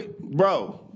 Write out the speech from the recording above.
Bro